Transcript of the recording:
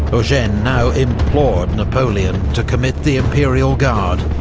eugene now implored napoleon to commit the imperial guard.